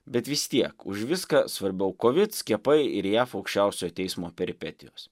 bet vis tiek už viską svarbiau kovid skiepai ir jav aukščiausiojo teismo peripetijos